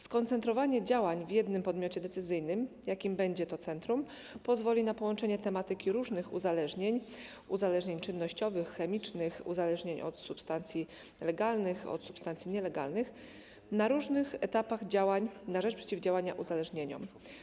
Skoncentrowanie działań w jednym podmiocie decyzyjnym, jakim będzie to centrum, pozwoli na połączenie tematyki różnych uzależnień - czynnościowych, chemicznych, uzależnień od substancji legalnych, od substancji nielegalnych - na różnych etapach działań na rzecz przeciwdziałania uzależnieniom.